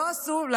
לא עצרו.